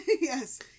Yes